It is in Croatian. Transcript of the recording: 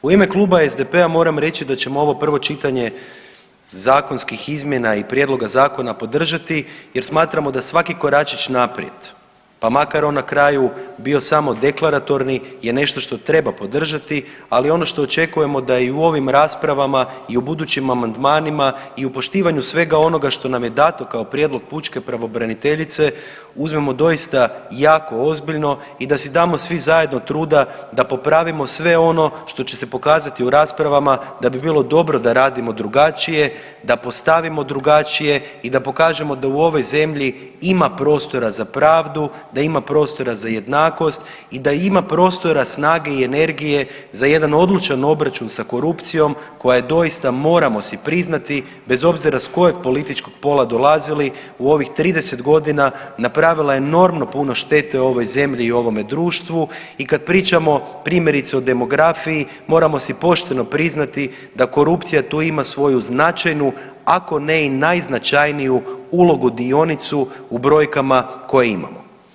U ime Kluba SDP-a moram reći da ćemo ovo prvo čitanje zakonskih izmjena i prijedloga zakona podržati jer smatramo da svaki koračić naprijed, pa makar on na kraju bio samo deklaratorni je nešto što treba podržati, ali ono što očekujemo da i u ovim raspravama i u budućim amandmanima i u poštivanju svega onoga što nam je dato kao prijedlog pučke pravobraniteljice uzmemo doista jako ozbiljno i da si damo svi zajedno truda da popravimo sve ono što će se pokazati u raspravama da bi bilo dobro da radimo drugačije, da postavimo drugačije i da pokažemo da u ovoj zemlji ima prostora za pravdu, da ima prostora za jednakost i da ima prostora, snage i energije za jedan odlučan obračun sa korupcijom koja je doista moramo si priznati bez obzira s kojeg političkog pola dolazili u ovih 30.g. napravila je enormno puno štete ovoj zemlji i ovome društvu i kad pričamo primjerice o demografiji moramo si pošteno priznati da korupcija tu ima svoju značajnu ako ne i najznačajniju ulogu dionicu u brojkama koje imamo.